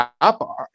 up